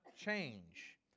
change